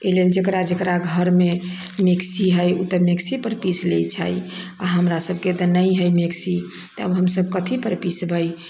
Hillel जेकरा जेकरा घर मे मिक्सी है ओ तऽ मिक्सी पर पीस लै छै आ हमरासबके तऽ नहि है मिक्सी तब हमसब कथी पर पिसबै